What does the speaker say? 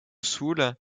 sul